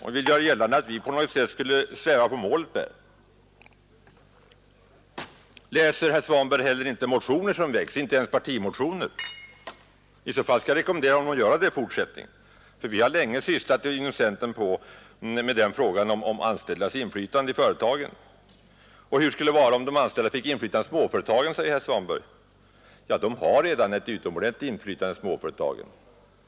Han vill göra gällande att vi på något sätt skulle sväva på målet i det avseendet. Läser herr Svanberg inte motioner som väckts, inte ens partimotioner? I så fall skall jag rekommendera honom att göra det i fortsättningen. Vi har nämligen inom centern länge sysslat med frågan om de anställdas inflytande i företagen. Sedan säger herr Svanberg: Hur skulle det vara om de anställda fick inflytande i småföretagen? Ja, de har redan ett utomordentligt stort inflytande i småföretagen.